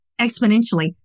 exponentially